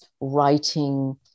writing